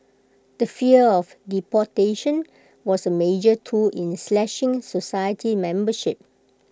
the fear of deportation was A major tool in slashing society membership